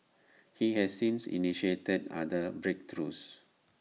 he has since initiated other breakthroughs